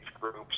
groups